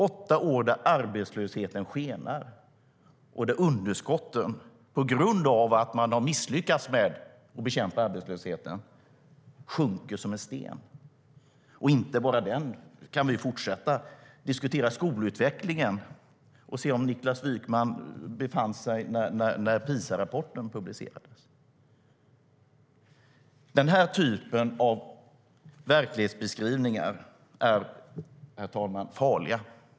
Åtta år då arbetslösheten skenat och då underskotten, på grund av att man misslyckats med att bekämpa arbetslösheten, sjunkit som en sten. Det stannar inte där. Låt oss diskutera skolutvecklingen. Var befann sig Niklas Wykman när PISA-rapporten publicerades? Herr talman! Denna typ av verklighetsbeskrivningar är farliga.